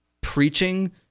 preaching